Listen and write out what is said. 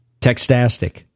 Textastic